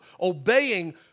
obeying